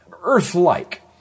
Earth-like